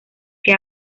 que